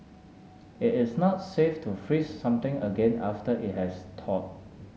it is not safe to freeze something again after it has thaw